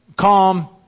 calm